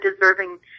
deserving